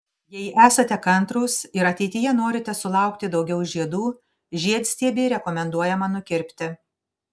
jei esate kantrūs ir ateityje norite sulaukti daugiau žiedų žiedstiebį rekomenduojama nukirpti